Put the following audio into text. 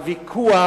הוויכוח